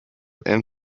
and